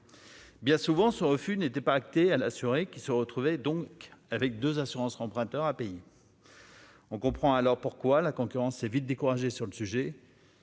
Bien souvent, ce refus n'était pas acté à l'assuré qu'il se retrouvait donc avec 2 assurances qu'empruntera payer. On comprend alors pourquoi la concurrence est vite découragé sur le sujet.